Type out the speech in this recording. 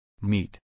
meet